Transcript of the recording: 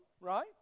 right